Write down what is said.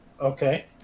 Okay